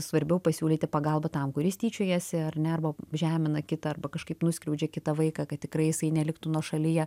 svarbiau pasiūlyti pagalbą tam kuris tyčiojasi ar ne arba žemina kitą arba kažkaip nuskriaudžia kitą vaiką kad tikrai jisai neliktų nuošalyje